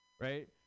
right